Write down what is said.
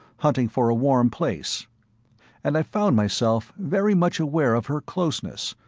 hunting for a warm place and i found myself very much aware of her closeness,